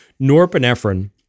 norepinephrine